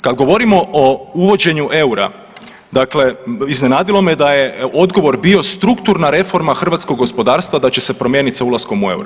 Kad govorimo o uvođenju EUR-a, dakle iznenadilo me da je odgovor bio strukturna reforma hrvatskog gospodarstva da će se promijeniti sa ulaskom u EUR-o.